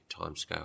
timescale